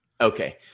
Okay